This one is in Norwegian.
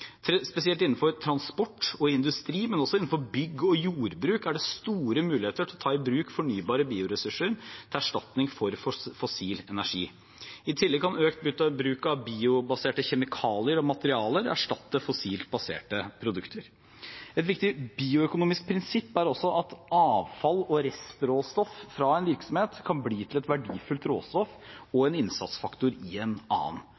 Spesielt innenfor transport og industri, men også innenfor bygg og jordbruk, er det store muligheter for å ta i bruk fornybare bioressurser til erstatning for fossil energi. I tillegg kan økt bruk av biobaserte kjemikalier og materialer erstatte fossilt baserte produkter. Et viktig bioøkonomisk prinsipp er også at avfall og restråstoff fra én virksomhet kan bli til et verdifullt råstoff og en innsatsfaktor i en annen,